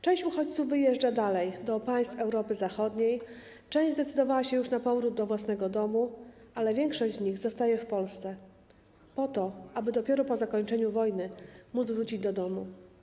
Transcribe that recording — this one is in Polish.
Część uchodźców wyjeżdża dalej do państw Europy Zachodniej, część zdecydowała się już na powrót do własnego domu, ale większość z nich zostaje w Polsce po to, aby dopiero po zakończeniu wojny wrócić do domu.